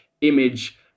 image